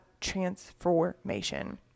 transformation